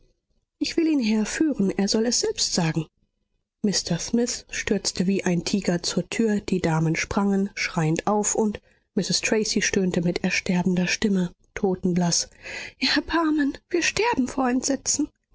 ich will ihn herführen er soll es selbst sagen mr smith stürzte wie ein tiger zur tür die damen sprangen schreiend auf und mrs tracy stöhnte mit ersterbender stimme totenblaß erbarmen wir sterben vor entsetzen